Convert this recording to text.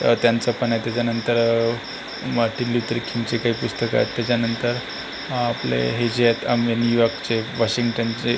तर त्यांचं पण आहे त्याच्यानंतर मार्टिन ल्यूतर किंगचे काही पुस्तक आहेत त्याच्यानंतर आपले हे जे आहेत अमे न्यूयार्कचे वाशिंग्टनचे